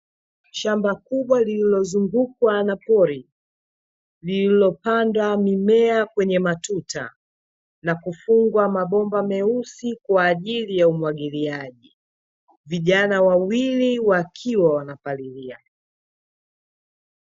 Shamba kubwa lililozungukwa na pori, lililopandwa mimea kwenye matuta na kufungwa mabomba meusi, kwa jili ya umwagiliaji. Vijana wawili wakiwa wanapalilia.